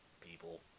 people